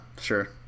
sure